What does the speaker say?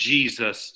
Jesus